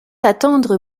attendre